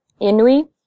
Inui